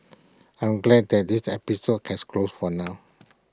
I'm glad that this episode has closed for now